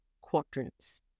quadrants